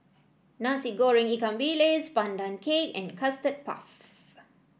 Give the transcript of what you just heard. Nasi Goreng Ikan Bilis Pandan Cake and Custard Puff